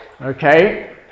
Okay